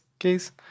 case